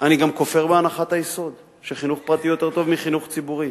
שאני גם כופר בהנחת היסוד שחינוך פרטי יותר טוב מחינוך ציבורי.